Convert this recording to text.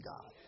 God